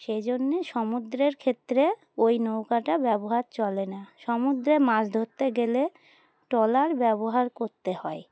সেই জন্যে সমুদ্রের ক্ষেত্রে ওই নৌকাটা ব্যবহার চলে না সমুদ্রে মাছ ধরতে গেলে ট্রলার ব্যবহার করতে হয়